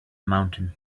mountain